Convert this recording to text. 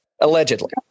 allegedly